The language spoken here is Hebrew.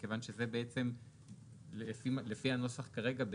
מכיוון שזה בעצם לפי הנוסח כרגע,